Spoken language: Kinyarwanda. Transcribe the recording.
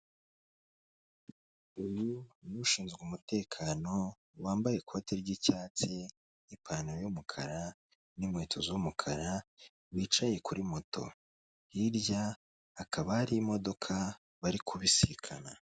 Uyu ni ushinzwe umutekano wambaye ikoti ry'icyatsi n'ipantaro y'umukara n'inkweto z'umukara wicaye kuri moto hirya hakaba hari imodoka bari kubisikana.